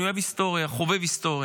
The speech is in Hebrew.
אני אוהב היסטוריה, חובב היסטוריה.